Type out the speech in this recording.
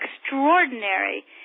Extraordinary